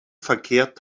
verkehrt